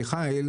מיכאל,